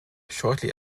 shortly